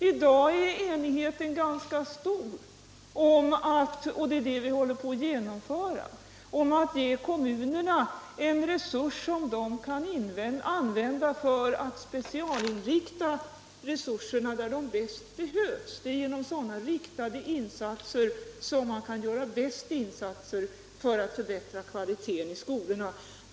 I dag är enigheten ganska stor om att ge kommunerna resurser som de kan specialinrikta där de bäst behövs — och det är det vi håller på att genomföra. Det är genom sådana riktade insatser som man kan göra mest för att förbättra kvaliteten i skolan.